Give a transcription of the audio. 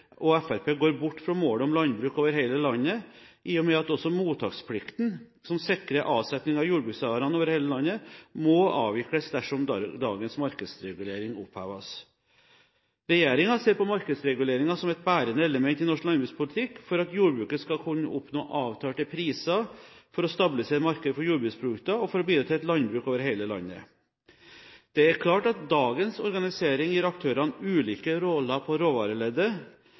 og Fremskrittspartiet går bort fra målet om landbruk over hele landet, siden også mottaksplikten, som sikrer avsetning for jordbruksvarer over hele landet, må avvikles dersom dagens markedsregulering oppheves. Regjeringen ser på markedsreguleringen som et bærende element i norsk landbrukspolitikk for at jordbruket skal oppnå avtalte priser, for å stabilisere markedet for jordbruksprodukter og for å bidra til et landbruk over hele landet. Det er klart at dagens organisering gir aktørene ulike roller